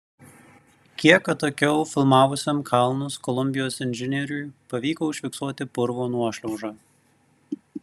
kiek atokiau filmavusiam kalnus kolumbijos inžinieriui pavyko užfiksuoti purvo nuošliaužą